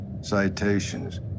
citations